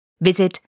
visit